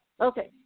Okay